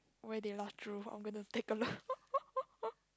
where they last drew I'm gonna to take a look